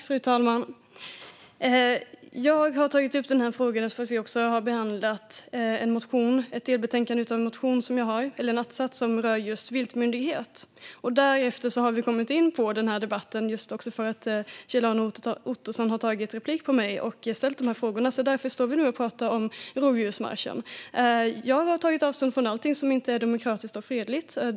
Fru talman! Jag har tagit upp frågan eftersom vi också har behandlat en att-sats i en motion som jag har väckt som rör just en viltmyndighet. Därefter har vi kommit in på denna debatt, just för att Kjell-Arne Ottosson har begärt replik och ställt dessa frågor. Därför står vi här och pratar om rovdjursmarschen. Jag har tagit avstånd från allt som inte är demokratiskt och fredligt.